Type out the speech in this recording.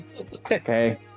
Okay